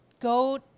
go